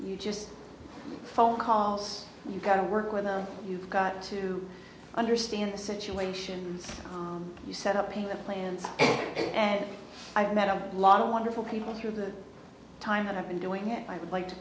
you just phone calls you've got to work with you've got to understand the situation you set up payment plans and i've met a lot of wonderful people through the time that i've been doing it i would like to